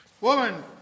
Woman